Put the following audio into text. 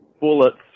bullets